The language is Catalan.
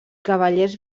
cavallers